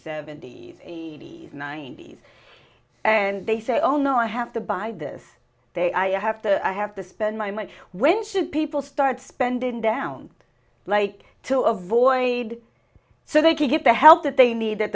seventy's eighty's ninety's and they say oh no i have to buy this they i have to i have to spend my money when should people start spending down like to avoid so they can get the help that they need that